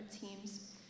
teams